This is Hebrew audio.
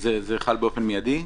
זה חל באופן מיידי?